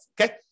Okay